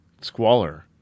squalor